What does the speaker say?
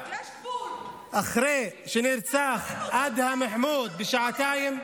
יש גבול, אחרי שנרצח אדהם חמוד, בשעתיים,